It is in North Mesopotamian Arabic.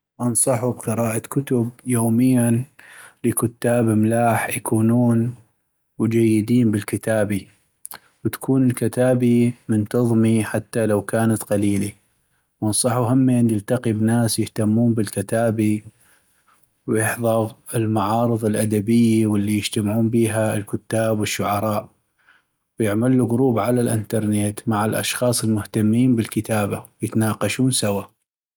انصحو بقراءة كتب يومياً لكتاب املاح يكونون وجيدين بالكتابي وتكون الكتابي منتظمي حتى لو كانت قليلي ، وانصحو همين يلتقي بناس يهتمون بالكتابي ، ويحضغ المعارض الادبيي واللي يجتمعون بيها الكتاب والشعراء ، ويعملو كروب على الانترنت مع الأشخاص المهتمين بالكتابة ويتناقشون سوى.